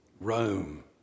Rome